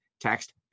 Text